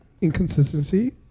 inconsistency